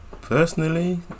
Personally